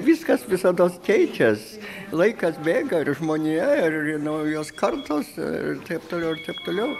viskas visados keičias laikas bėga ir žmonija ir naujos kartos ir taip toliau ir taip toliau